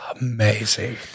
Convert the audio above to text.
Amazing